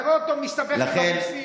נראה אותו מסתבך עם המיסים.